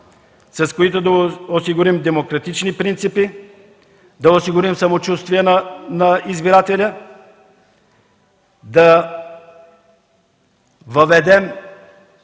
с които да осигурим демократични принципи, да осигурим самочувствие на избирателя, да въведем